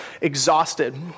exhausted